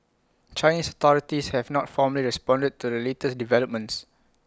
Chinese authorities have not formally responded to the latest developments